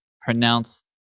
pronounce